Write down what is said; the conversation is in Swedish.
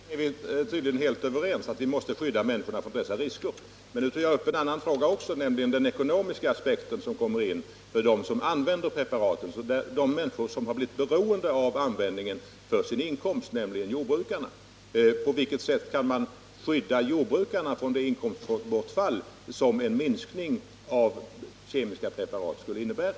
Herr talman! Ja, vi är tydligen helt överens om att man måste skydda människorna från dessa risker. Men jag tog också upp en annan fråga, nämligen den ekonomiska aspekten för de människor som använder de aktuella preparaten och som har blivit beroende av dem för sin inkomst, dvs. jordbrukarna. På vilket sätt kan man skydda jordbrukarna från det inkomstbortfall som en minskning av användningen av kemiska preparat skulle innebära?